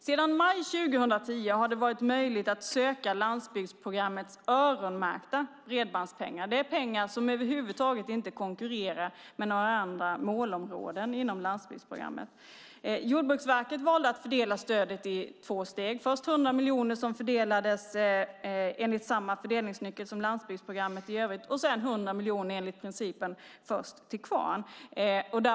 Sedan maj 2010 har det varit möjligt att söka landsbygdsprogrammets öronmärkta bredbandspengar. Det är pengar som över huvud taget inte konkurrerar med några andra målområden inom landstingsprogrammet. Jordbruksverket valde att fördela stödet i två steg. Först fördelades 100 miljoner enligt samma fördelningsnyckel som landsbygdsprogrammet i övrigt. Sedan fördelades 100 miljoner enligt principen först till kvarn.